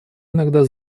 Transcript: иногда